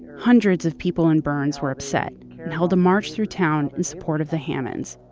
hundreds of people in burns were upset and held a march through town in support of the hammonds.